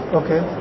okay